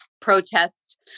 protest